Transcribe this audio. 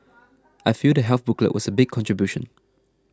I feel the health booklet was a big contribution